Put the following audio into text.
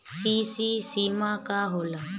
CC सीमा का होला?